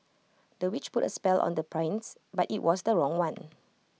the witch put A spell on the prince but IT was the wrong one